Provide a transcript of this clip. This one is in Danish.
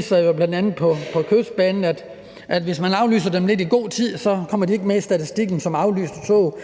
sig jo bl.a. på Kystbanen, at hvis man aflyser togene i god tid, kommer de ikke med i statistikken som aflyste tog.